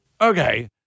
okay